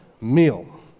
meal